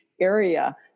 area